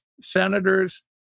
senators